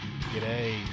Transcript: G'day